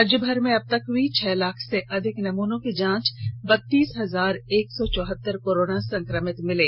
राज्यभर में अबतक हई छह लाख से अधिक नमूनों की जांच बत्तीस हजार एक सौ चौहतर कोरोना संक्रमित मिले